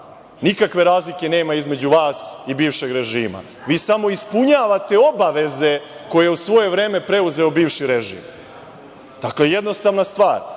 nikakve razlike nema između vas i bivšeg režima. Vi samo ispunjavate obaveze koje je u svoje vreme preuzeo bivši režim. Dakle, jednostavna stvar